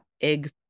egg